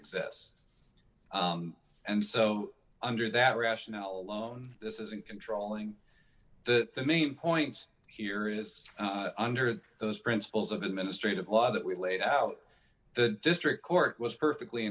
exists and so under that rationale alone this isn't controlling the main points here is under those principles of administrative law that we laid out the district court was perfectly